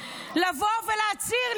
להצהיר,